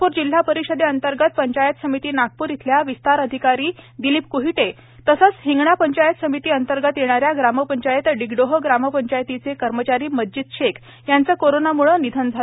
नागपूर जिल्हा परिषदेअंतर्गत पंचायत समिती नागपूर येथील विस्तार अधिकारी दिलीप क्हीटे तसेच हिंगणा पंचायत समिती अंतर्गत येणाऱ्या ग्रामपंचायत डिगडोह ग्रामपंचायतीचे कर्मचारी मज्जिद शेख यांचे कोरोनाम्ळे निधन झाले